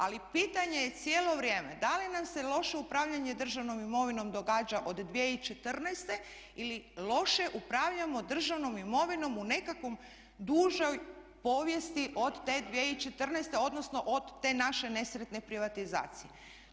Ali pitanje je cijelo vrijeme da li nam se loše upravljanje državnom imovinom događa od 2014. ili loše upravljamo državnom imovinom u nekakvom dužoj povijesti od te 2014. odnosno od te naše nesretne privatizacije.